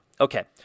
Okay